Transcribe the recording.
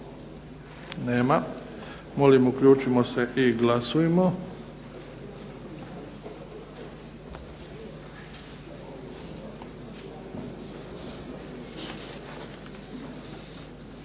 Nema. Molim uključimo se i glasujmo.